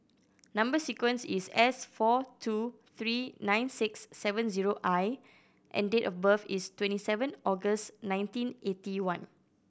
number sequence is S four two three nine six seven zero I and date of birth is twenty seven August nineteen eighty one